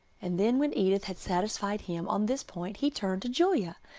and then when edith had satisfied him on this point he turned to julia,